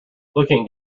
looking